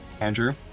Andrew